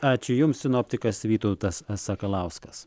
ačiū jums sinoptikas vytautas sakalauskas